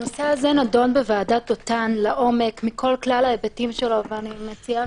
לא זה המקום וזה הזמן לדון עכשיו בשאלת המעצרים הכללית מכיוון